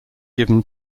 given